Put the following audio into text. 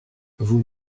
vous